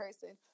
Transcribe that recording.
person